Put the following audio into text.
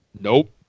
Nope